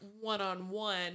one-on-one